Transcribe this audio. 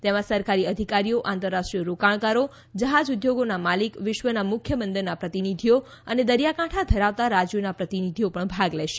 તેમાં સરકારી અધિકારીઓ આંતરરાષ્ટ્રીય રોકાણકારો જહાજ ઉદ્યોગના માલિકો વિશ્વના મુખ્ય બંદરના પ્રતિનિધીઓ અને દરિયાકાંઠા ધરાવતા રાજ્યોના પ્રતિનિધીઓ પણ ભાગ લેશે